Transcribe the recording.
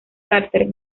carter